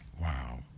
Wow